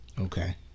okay